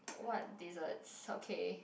what desserts okay